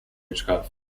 witchcraft